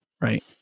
right